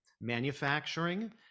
manufacturing